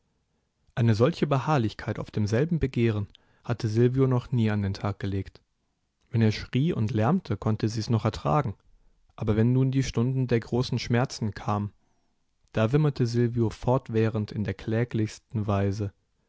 eine solche beharrlichkeit auf demselben begehren hatte silvio noch nie an den tag gelegt wenn er schrie und lärmte konnte sie's noch ertragen aber wenn nun die stunden der großen schmerzen kamen da wimmerte silvio fortwährend in der kläglichsten weise